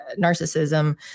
narcissism